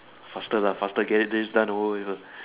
faster lah faster get this done first